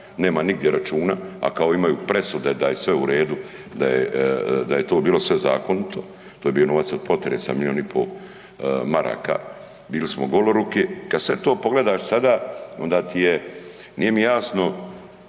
nema nigdje računa, a kao imaju presude da je sve u redu, da je to bilo sve zakonito, to je bio novac od potresa milijun i pol maraka, bili smo goloruki. Kada sve to pogledaš sada onda mi nije jasno